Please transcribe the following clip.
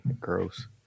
Gross